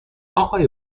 اقای